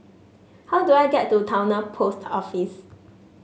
how do I get to Towner Post Office